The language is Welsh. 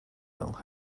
fel